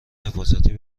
حفاظتی